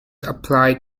apply